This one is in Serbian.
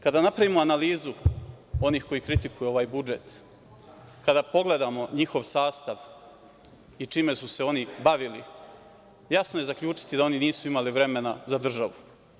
Kada napravimo analizu onih koji kritikuju ovaj budžet, kada pogledamo njihov sastav i čime su se oni bavili, jasno je zaključiti da oni nisu imali vremena za državu.